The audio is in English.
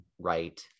right